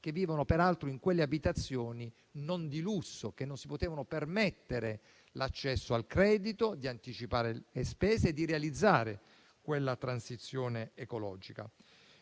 che vivono peraltro in quelle abitazioni non di lusso e che non si potevano permettere l'accesso al credito, di anticipare le spese, di realizzare quella transizione ecologica.